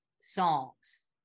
songs